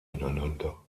ineinander